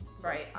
Right